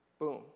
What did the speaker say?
Boom